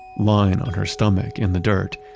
lying on her stomach in the dirt,